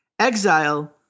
Exile